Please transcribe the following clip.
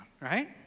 right